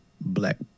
black